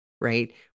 right